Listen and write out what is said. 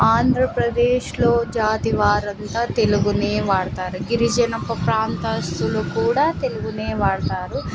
ఆంధ్రప్రదేశ్లో జాతివారంతా తెలుగునే వాడతారు గిరిజనప ప్రాంతస్తులు కూడా తెలుగునే వాడతారు